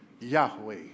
Yahweh